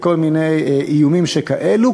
וכל מיני איומים שכאלה.